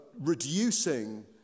reducing